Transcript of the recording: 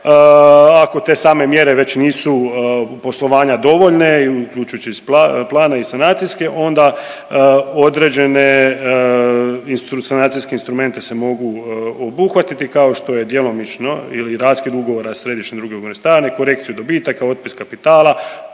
ako te same mjere već nisu poslovanja dovoljne uključujući iz plana i sanacijske onda određene sanacijske instrumente se mogu obuhvatiti kao što je djelomično ili raskid ugovora središnje i druge ugovorne strane, korekciju dobitaka, otpis kapitala,